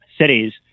cities